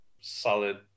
solid